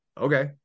okay